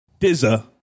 Dizza